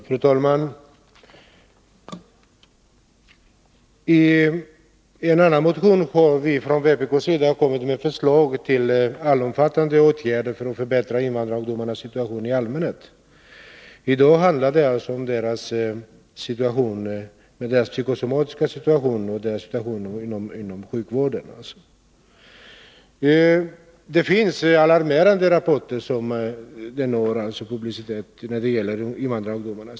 Fru talman! I en annan motion har vi från vpk:s sida kommit med förslag till allomfattande åtgärder för att förbättra invandrarungdomarnas situation i allmänhet. I dag handlar det om deras psykosomatiska situation och deras situation inom sjukvården. Det finns alarmerande rapporter om invandrarungdomarnas situation som har fått publicitet.